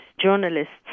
journalists